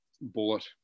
bullet